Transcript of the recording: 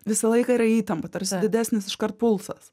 visą laiką yra įtampa tarsi didesnis iškart pulsas